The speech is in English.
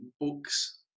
books